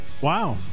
Wow